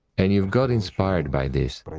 and you've gotten inspired by this,